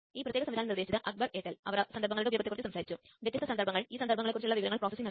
ഈ പ്രത്യേക പ്രഭാഷണത്തിന്റെ അവസാനത്തിലേക്ക് നമ്മൾ എത്തി